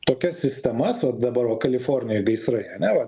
tokias sistemas o dabar va kalifornijoj gaisrai ane va